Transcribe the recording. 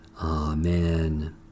Amen